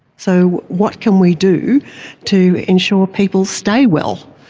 so what can we do to ensure people stay well?